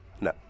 no